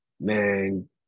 man